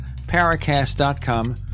Paracast.com